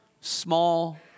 small